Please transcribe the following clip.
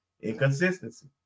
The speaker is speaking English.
inconsistency